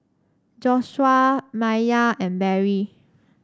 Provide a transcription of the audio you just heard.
Joshuah Maiya and Barrie